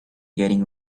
getting